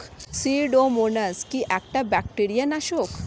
Pseudomonas কি একটা bacteria নাশক?